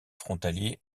frontalier